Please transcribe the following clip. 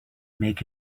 make